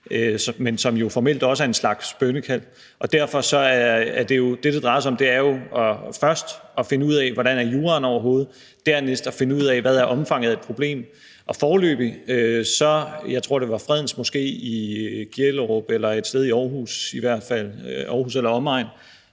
men som jo formelt også er en slags bønnekald. Derfor er det, det drejer sig om, jo først at finde ud af, hvordan juraen overhovedet er, og dernæst at finde ud af, hvad omfanget af problemet er. Jeg tror, det var ved fredens moské i Gellerup, i hvert fald et sted i Aarhus eller omegn,